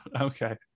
Okay